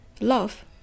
love